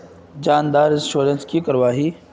जान डार इंश्योरेंस की करवा ई?